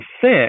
thick